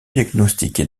diagnostiqué